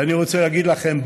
ואני רוצה להגיד לכם,